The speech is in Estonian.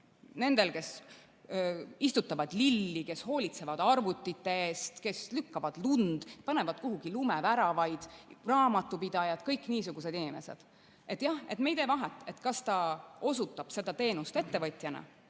nendel, kes istutavad lilli, kes hoolitsevad arvutite eest, kes lükkavad lund, panevad kuhugi lumeväravaid, raamatupidajad – kõik niisugused inimesed. Jah, me ei tee vahet, kas ta osutab seda teenust ettevõtjana